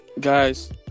Guys